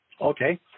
Okay